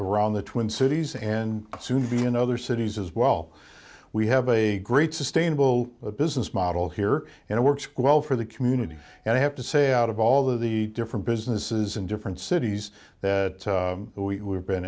around the twin cities and soon to be in other cities as well we have a great sustainable business model here and it works well for the community and i have to say out of all the the different businesses in different cities that we have been